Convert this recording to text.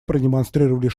продемонстрировали